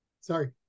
sorry